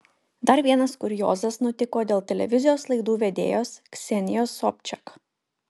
dar vienas kuriozas nutiko dėl televizijos laidų vedėjos ksenijos sobčiak